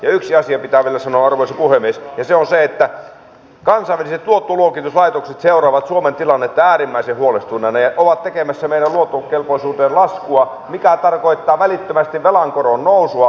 yksi asia pitää vielä sanoa arvoisa puhemies ja se on se että kansainväliset luottoluokituslaitokset seuraavat suomen tilannetta äärimmäisen huolestuneina ja ovat tekemässä meidän luottokelpoisuuteemme laskua mikä tarkoittaa välittömästi velan koron nousua